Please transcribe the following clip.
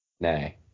Nay